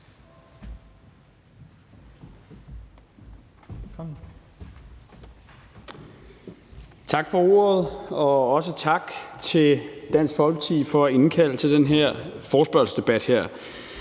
Tak for ordet, og også tak til Dansk Folkeparti for at indkalde til den her forespørgselsdebat.